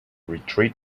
retreat